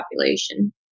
population